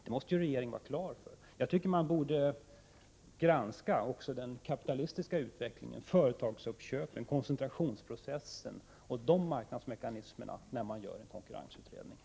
Då måste regeringen vara klar över att man borde granska också den kapitalistiska utvecklingen, företagsuppköpen, koncentrationsprocessen m.fl. marknadsmekanismer, när man gör en konkurrensutredning.